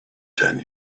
ten